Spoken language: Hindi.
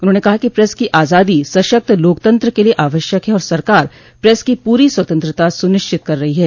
उन्होंने कहा कि प्रेस की आजादी सशक्त लोकतंत्र के लिए आवश्यक है और सरकार प्रेस की पूरी स्वतंत्रता सुनिश्चित कर रही है